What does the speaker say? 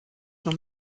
man